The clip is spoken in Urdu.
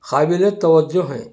قابل توجہ ہیں